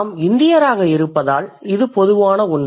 நாம் இந்தியராக இருப்பதால் இது பொதுவான ஒன்று